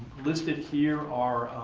listed here are,